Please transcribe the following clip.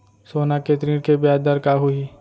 सोना के ऋण के ब्याज दर का होही?